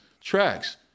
tracks